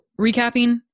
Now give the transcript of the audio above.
recapping